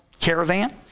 caravan